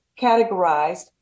categorized